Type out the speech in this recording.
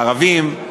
לערבים,